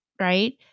right